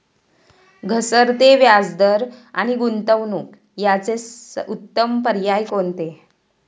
घसरते व्याजदर आणि गुंतवणूक याचे उत्तम पर्याय कोणते?